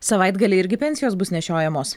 savaitgalį irgi pensijos bus nešiojamos